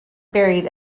buried